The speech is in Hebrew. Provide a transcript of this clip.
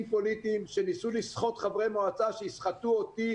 פוליטיים שניסו לסחוט חברי מועצה שיסחטו אותי.